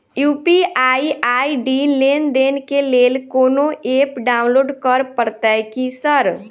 UPI ID लेनदेन केँ लेल कोनो ऐप डाउनलोड करऽ पड़तय की सर?